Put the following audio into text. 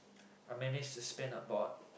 I managed to spend about